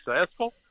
successful